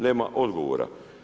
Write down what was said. Nema odgovora.